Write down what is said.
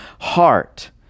heart